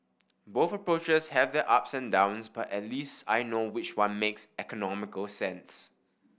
both approaches have their ups and downs but at least I know which one makes economical sense